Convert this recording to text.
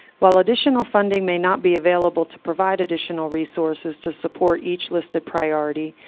while additional funding may not be available to provide additional resources to support each listed priority,